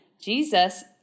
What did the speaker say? Jesus